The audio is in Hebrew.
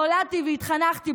נולדתי והתחנכתי,